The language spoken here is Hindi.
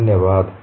धन्यवाद